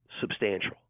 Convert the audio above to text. substantial